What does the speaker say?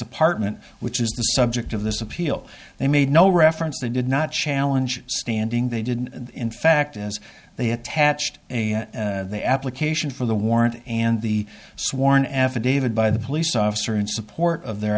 apartment which is the subject of this appeal they made no reference they did not challenge standing they did in fact as they attached a the application for the warrant and the sworn affidavit by the police officer in support of their